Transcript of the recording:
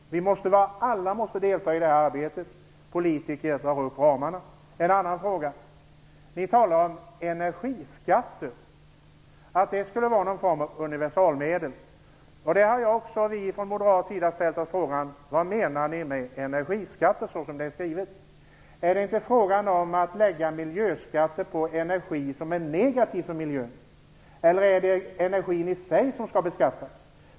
Alla måste delta i det här arbetet, och politikerna drar upp ramarna. Ni talar om energiskatten och att det skulle vara någon form av universalmedel. Från moderat sida ställer vi oss frågan vad ni menar med energiskatter. Är det inte fråga om att lägga miljöskatter på energi som är negativ för miljön eller är det energin i sig som skall beskattas?